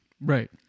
Right